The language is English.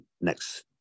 next